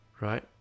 right